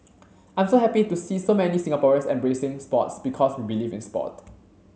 I'm so happy to see so many Singaporeans embracing sports because we believe in sport